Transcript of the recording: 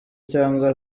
cyangwa